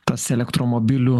tas elektromobilių